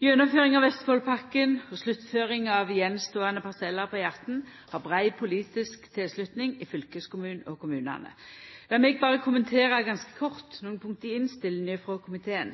Gjennomføring av Østfoldpakka og sluttføring av attståande parsellar på E18 har brei politisk tilslutning i fylkeskommunen og i kommunane. Lat meg berre kommentera ganske kort nokre av punkta i innstillinga frå komiteen.